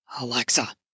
Alexa